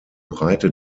breite